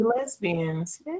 lesbians